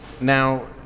Now